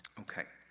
okay.